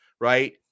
right